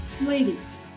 Ladies